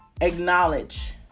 acknowledge